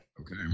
Okay